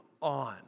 on